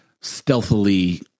stealthily